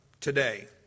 today